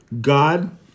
God